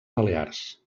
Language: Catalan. balears